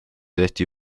tehti